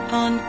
on